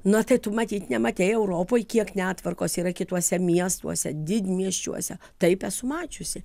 na tai tu matyt nematei europoj kiek netvarkos yra kituose miestuose didmiesčiuose taip esu mačiusi